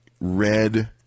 red